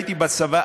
הייתי בצבא,